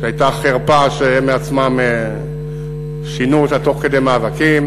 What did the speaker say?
שהייתה חרפה, שהם מעצמם שינו אותה תוך כדי מאבקים.